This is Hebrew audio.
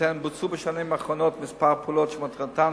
גלוטן בוצעו בשנים האחרונות כמה פעולות שמטרתן